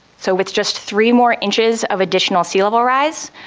so with just three more inches of additional sea level rise,